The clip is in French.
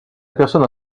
personne